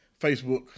Facebook